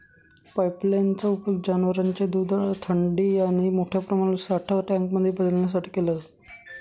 pipeline चा उपयोग जनवरांचे दूध थंडी आणि मोठ्या प्रमाणातील साठा टँक मध्ये बदलण्यासाठी केला जातो